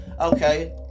Okay